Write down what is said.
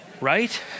right